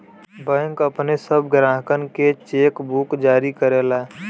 bank अपने सब ग्राहकनके चेकबुक जारी करला